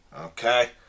okay